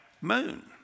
moon